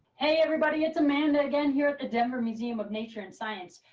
hey everybody, it's amanda again here at the denver museum of nature and science.